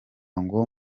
ngo